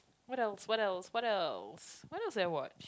what else what else what else what else do I watch